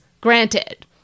granted